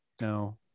No